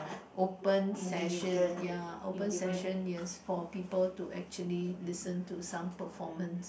open session ya open session yes for people to actually listen to some performance